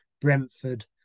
Brentford